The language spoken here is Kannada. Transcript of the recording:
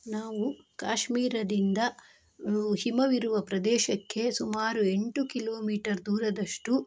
ನಾವು ಕಾಶ್ಮೀರದಿಂದ ಹಿಮವಿರುವ ಪ್ರದೇಶಕ್ಕೆ ಸುಮಾರು ಎಂಟು ಕಿಲೋಮೀಟರ್ ದೂರದಷ್ಟು